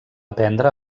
aprendre